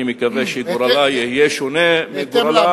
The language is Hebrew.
אני מקווה שגורלה יהיה שונה מגורלה,